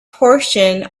portion